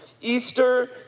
easter